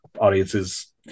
audiences